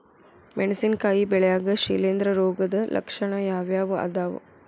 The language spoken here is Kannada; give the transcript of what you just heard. ಮೆಣಸಿನಕಾಯಿ ಬೆಳ್ಯಾಗ್ ಶಿಲೇಂಧ್ರ ರೋಗದ ಲಕ್ಷಣ ಯಾವ್ಯಾವ್ ಅದಾವ್?